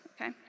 okay